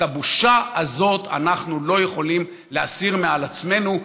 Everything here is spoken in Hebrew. את הבושה הזאת אנחנו לא יכולים להסיר מעצמנו,